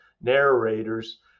narrators